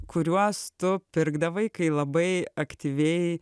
kuriuos tu pirkdavai kai labai aktyviai